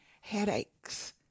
headaches